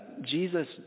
Jesus